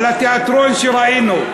על התיאטרון שראינו?